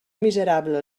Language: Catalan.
miserable